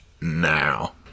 now